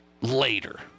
later